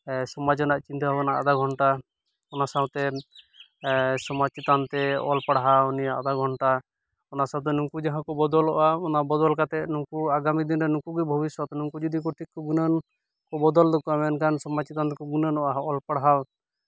ᱥᱚᱢᱟᱡᱽ ᱨᱮᱱᱟᱜ ᱪᱤᱱᱛᱟᱹ ᱵᱷᱟᱵᱽᱱᱟ ᱟᱫᱷᱟ ᱜᱷᱚᱱᱴᱟ ᱚᱱᱟ ᱥᱟᱶᱛᱮ ᱥᱚᱢᱟᱡᱽ ᱪᱮᱛᱟᱱ ᱛᱮ ᱚᱞ ᱯᱟᱲᱦᱟᱣ ᱱᱤᱭᱟᱹ ᱟᱫᱷᱟ ᱜᱷᱚᱱᱴᱟ ᱚᱱᱟ ᱥᱟᱶᱛᱮ ᱱᱩᱠᱩ ᱡᱟᱦᱟᱸ ᱠᱚ ᱵᱚᱫᱚᱞᱚᱜᱼᱟ ᱚᱱᱟ ᱵᱚᱫᱚᱞ ᱠᱟᱛᱮᱜ ᱩᱱᱠᱩ ᱟᱜᱟᱢᱤ ᱫᱤᱱᱨᱮ ᱱᱩᱠᱩ ᱜᱮ ᱵᱷᱚᱵᱤᱥᱥᱚᱛ ᱱᱩᱠᱩ ᱡᱩᱫᱤ ᱴᱷᱤᱠ ᱠᱚ ᱜᱩᱱᱟᱹᱱ ᱵᱚᱫᱚᱞ ᱛᱟᱠᱚᱣᱟ ᱢᱮᱱᱠᱷᱟᱱ ᱥᱚᱢᱟᱡᱽ ᱪᱮᱛᱟᱱ ᱛᱮᱠᱚ ᱜᱩᱱᱟᱹᱱᱚᱜᱼᱟ ᱯᱟᱲᱦᱟᱣ